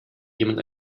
jemand